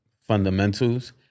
fundamentals